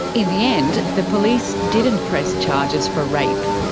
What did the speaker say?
in the end the police didn't press charges for rape.